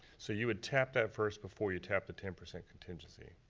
so you would tap that first before you tap the ten percent contingency.